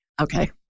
Okay